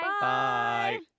Bye